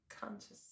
conscious